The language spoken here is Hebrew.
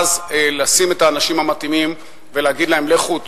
ואז לשים את האנשים המתאימים ולהגיד להם: לכו,